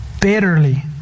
bitterly